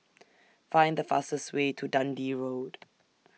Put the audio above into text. Find The fastest Way to Dundee Road